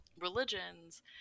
religions